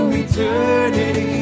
eternity